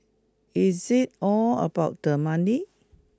is it all about the money